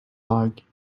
like